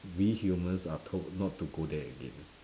we humans are told not to go there again